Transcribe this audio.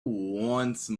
once